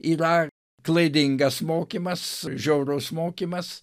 yra klaidingas mokymas žiaurus mokymas